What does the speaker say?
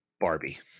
Barbie